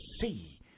see